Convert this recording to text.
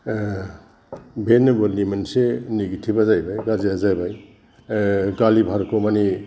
बे नभेलनि मोनसे निगेतिभा जाहैबाय गाज्रिया जाहैबाय गालिभारखौ माने